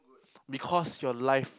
because your life